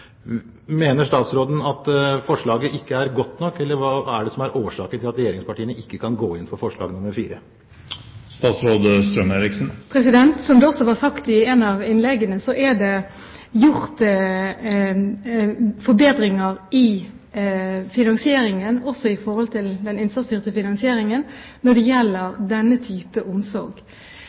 Mener statsråden at forslaget ikke er godt nok, eller hva er det som er årsaken til at regjeringspartiene ikke kan gå inn for forslag nr. 4? Som det også ble sagt i et av innleggene, er det gjort forbedringer i finansieringen når det gjelder den innsatsstyrte finansieringen av denne type omsorg.